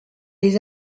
les